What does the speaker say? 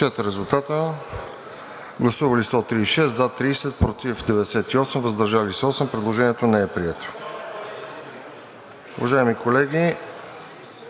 Уважаеми колеги,